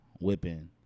whipping